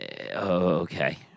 okay